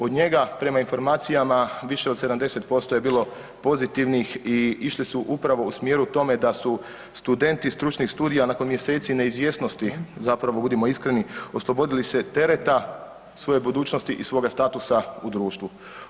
Od njega prema informacijama više od 70% je bilo pozitivnih i išli su upravo u smjeru tome da su studenti stručnih studija nakon mjeseci neizvjesnosti zapravo budimo iskreni oslobodili se tereta svoje budućnosti i svoga statusa u društvu.